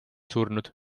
surnud